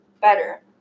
better